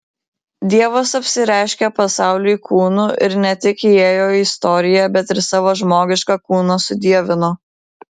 dievas apsireiškė pasauliui kūnu ir ne tik įėjo į istoriją bet ir savo žmogišką kūną sudievino